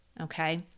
Okay